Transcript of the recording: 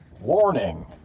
Warning